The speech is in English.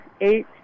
eight